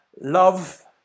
love